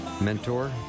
mentor